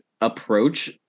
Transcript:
approach